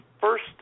first